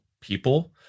people